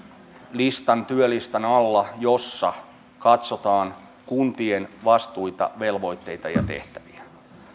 työlistan alla jossa katsotaan kuntien vastuita velvoitteita ja tehtäviä